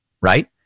right